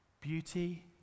Beauty